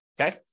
okay